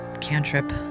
cantrip